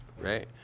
right